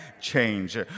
change